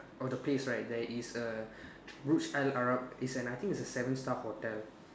of the place right there is a Burj Al Arab is an I think is a seven star hotel